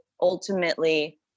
ultimately